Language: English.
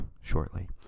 shortly